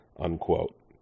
Unquote